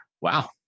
wow